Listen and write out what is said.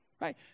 Right